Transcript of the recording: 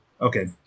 Okay